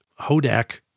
Hodak